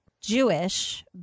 Jewish